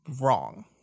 wrong